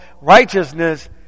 righteousness